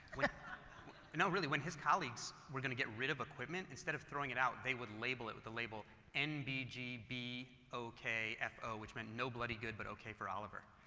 no really, when his colleagues were going to get rid of equipment, instead of throwing it out, they would label it with a label n b g b o k f o which meant, no bloody good but okay for oliver